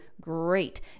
great